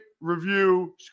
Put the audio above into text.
review